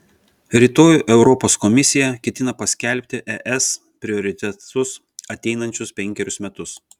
rytoj europos komisija ketina paskelbti es prioritetus ateinančius penkerius metus